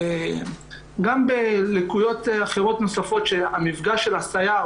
גם בלקויות אחרות נוספות שהמפגש של הסייר,